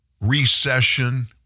recession